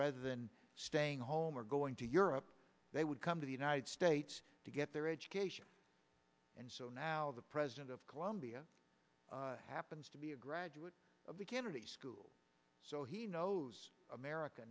rather than staying home or going to europe they would come to the united states to get their education and so now the president of columbia happens to be a graduate of the kennedy school so he knows america